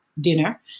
dinner